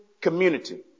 Community